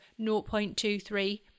0.23